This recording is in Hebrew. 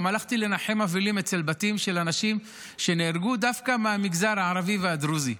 גם הלכתי לנחם אבלים בבתים של אנשים שנהרגו דווקא מהמגזר הערבי והדרוזי,